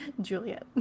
Juliet